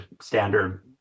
standard